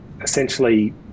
essentially